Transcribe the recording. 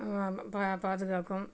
பா பாதுகாக்கும்